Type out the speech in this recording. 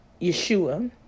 Yeshua